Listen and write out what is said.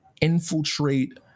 infiltrate